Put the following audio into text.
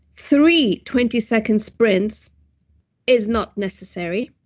three twenty seconds sprints is not necessary,